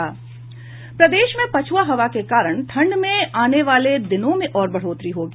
प्रदेश में पछ्आ हवा के कारण ठंड में आने वाले दिनों में और बढ़ोतरी होगी